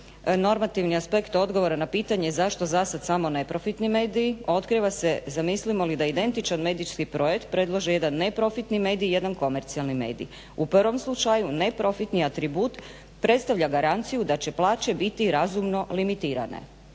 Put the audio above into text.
"Normativni aspekt odgovora na pitanje zašto za sada samo neprofitni mediji, otkriva se zamislimo li da identičan medijski projekt predloži jedan neprofitni medij, jedan komercijalni medij. U prvom slučaju neprofitni atribut predstavlja garanciju da će plaće biti razumno limitirane".